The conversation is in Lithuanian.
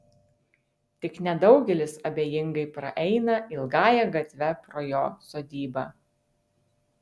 tik nedaugelis abejingai praeina ilgąja gatve pro jo sodybą